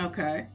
Okay